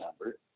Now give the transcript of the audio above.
number